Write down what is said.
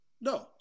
No